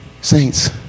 saints